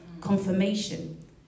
confirmation